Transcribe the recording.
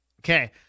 Okay